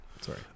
sorry